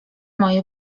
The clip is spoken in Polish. moje